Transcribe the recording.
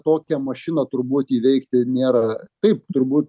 tokią mašiną turbūt įveikti nėra taip turbūt